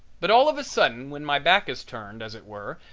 but all of a sudden when my back is turned, as it were,